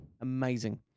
Amazing